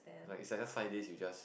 like it's another five days you just